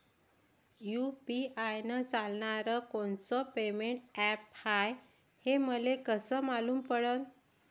UPI चालणारं कोनचं payment app हाय, हे मले कस मालूम पडन?